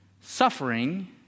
Suffering